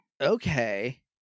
Okay